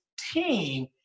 team